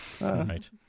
Right